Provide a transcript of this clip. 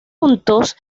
juntos